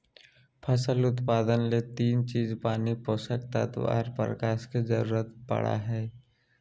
फसल उत्पादन ले तीन चीज पानी, पोषक तत्व आर प्रकाश के जरूरत पड़ई हई